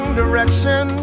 direction